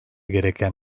gereken